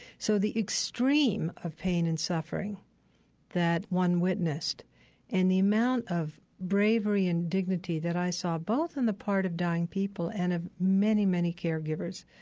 so the extreme of pain and suffering that one witnessed and the amount of bravery and dignity that i saw both on the part of dying people and of many, many caregivers,